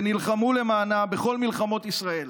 ונלחמו למענה בכל מלחמות ישראל.